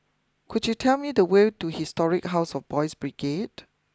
could you tell me the way to Historic house of Boys' Brigade